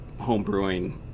homebrewing